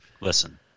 Listen